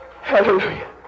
Hallelujah